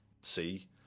see